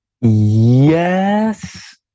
Yes